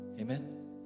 Amen